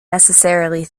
necessarily